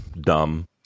dumb